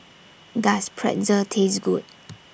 Does Pretzel Taste Good